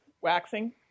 waxing